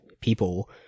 people